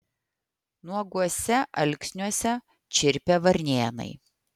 nuoguose alksniuose čirpė varnėnai